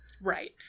right